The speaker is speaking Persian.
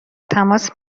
تماس